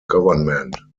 government